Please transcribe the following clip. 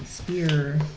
Spear